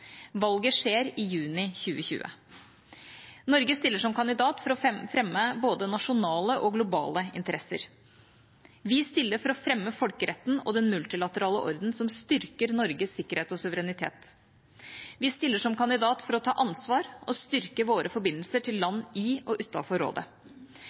Valget skjer i juni 2020. Norge stiller som kandidat for å fremme både nasjonale og globale interesser. Vi stiller for å fremme folkeretten og den multilaterale ordenen som styrker Norges sikkerhet og suverenitet. Vi stiller som kandidat for å ta ansvar og styrke våre forbindelser til